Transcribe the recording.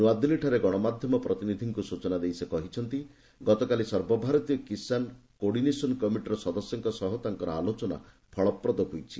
ନୃଆଦିଲ୍ଲୀଠାରେ ଗଣମାଧ୍ୟମ ପ୍ରତିନିଧିଙ୍କୁ ସୂଚନା ଦେଇ କହିଛନ୍ତି ଗତକାଲି ସର୍ବଭାରତୀୟ କିଶାନ କୋର୍ଡିନେସନ କମିଟିର ସଦସ୍ୟଙ୍କ ସହ ତାଙ୍କର ଆଲୋଚନା ଫଳପ୍ରଦ ହୋଇଛି